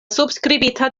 subskribita